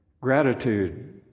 Gratitude